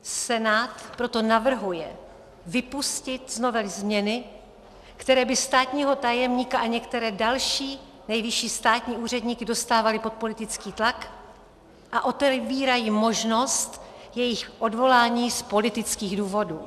Senát proto navrhuje vypustit z novely změny, které by státního tajemníka a některé další nejvyšší státní úředníky dostávaly pod politický tlak a otevírají možnost jejich odvolání z politických důvodů.